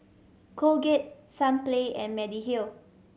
Colgate Sunplay and Mediheal